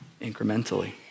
incrementally